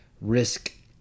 risk